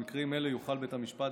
במקרים אלה יוכל בית המשפט,